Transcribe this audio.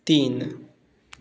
तीन